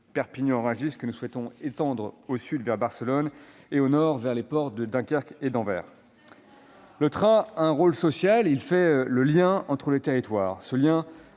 Perpignan-Rungis, que nous souhaitons étendre vers Barcelone au sud et vers les ports de Dunkerque et d'Anvers au nord. Le train a un rôle social : il fait le lien entre les territoires. Ce lien,